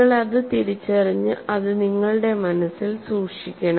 നിങ്ങൾ അത് തിരിച്ചറിഞ്ഞ് അത് നിങ്ങളുടെ മനസ്സിൽ സൂക്ഷിക്കണം